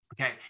Okay